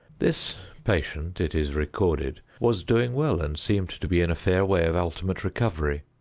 this patient, it is recorded, was doing well and seemed to be in a fair way of ultimate recovery,